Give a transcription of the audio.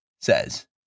says